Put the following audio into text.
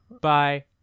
Bye